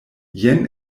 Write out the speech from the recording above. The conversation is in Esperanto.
jen